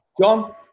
John